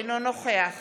אינו נוכח